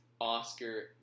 Oscar